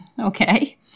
Okay